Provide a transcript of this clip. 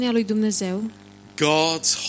God's